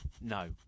no